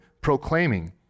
proclaiming